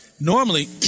Normally